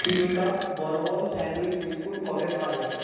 Cremica bourbon sandwich biscuit কবে পাওয়া যাবে